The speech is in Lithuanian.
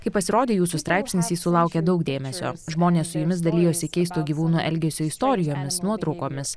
kai pasirodė jūsų straipsnis jis sulaukė daug dėmesio žmonės su jumis dalijosi keisto gyvūnų elgesio istorijomis nuotraukomis